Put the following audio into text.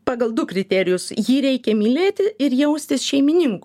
pagal du kriterijus jį reikia mylėti ir jaustis šeimininku